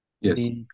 yes